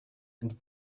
and